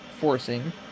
forcing